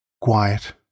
quiet